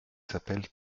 s’appelle